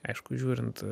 aišku žiūrint